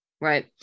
right